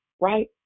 right